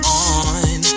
on